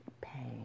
pain